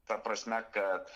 ta prasme kad